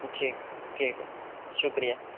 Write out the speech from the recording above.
ٹھیک ہے ٹھیک ہے شکریہ